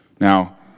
Now